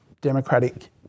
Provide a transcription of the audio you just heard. Democratic